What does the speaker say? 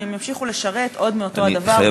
אם הם ימשיכו לשרת עוד מאותו הדבר במקום שינוי.